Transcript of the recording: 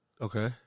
Okay